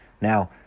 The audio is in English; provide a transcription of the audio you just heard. Now